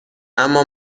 اما